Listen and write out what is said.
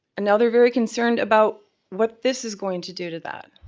and now they're very concerned about what this is going to do to that.